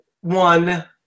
one